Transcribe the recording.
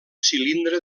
cilindre